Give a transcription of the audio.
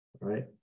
right